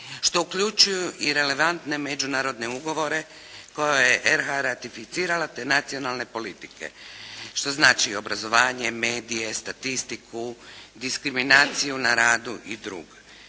što uključuje i relevantne međunarodne ugovore koje je Republika Hrvatska ratificirala te nacionalne politike, što znači obrazovanje, medije, statistiku, diskriminaciju na radu i druge.